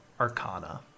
arcana